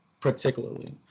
particularly